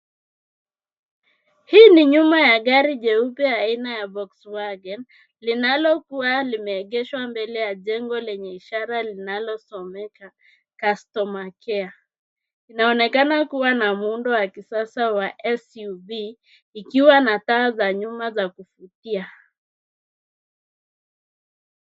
Hii ni nyuma ya gari jeupe aina ya Volkswagen linalokuwa limeegeshwa mbele ya jengo lenye ishara linalosomeka Customer Care . Inaonekana kuwa na muundo wa kisasa wa SUV ikiwa na taa za nyuma za kuvutia.